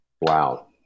wow